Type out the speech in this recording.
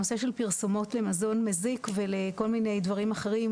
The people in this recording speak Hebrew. הנושא של פרסומות למזון מזיק ולכל מיני דברים אחרים,